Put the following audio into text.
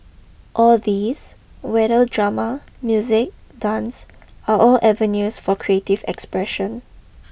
all these whether drama music dance are all avenues for creative expression